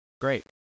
Great